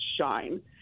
shine